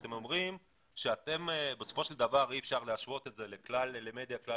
וכשאתם אומרים שבסופו של דבר אי אפשר להשוות את זה למדיה כלל